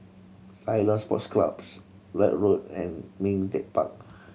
Ceylon Sports Clubs Lloyd Road and Ming Teck Park